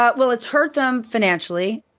but well, it's hurt them financially.